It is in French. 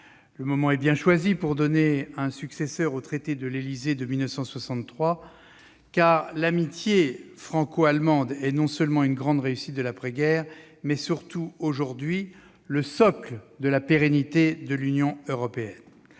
Le moment est bien choisi pour donner un successeur au traité de l'Élysée de 1963, car l'amitié franco-allemande est non seulement la grande réussite de l'après-guerre, mais surtout, aujourd'hui, le socle de la pérennité de l'Union européenne.